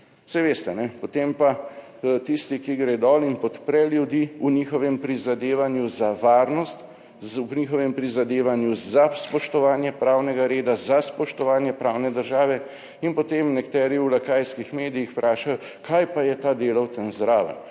Saj veste, potem pa tisti, ki gre dol in podpre ljudi v njihovem prizadevanju za varnost, v njihovem prizadevanju za spoštovanje pravnega reda, za spoštovanje pravne države in potem nekateri v lakajskih medijih vprašali, kaj pa je ta delal tam zraven.